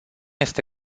este